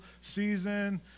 season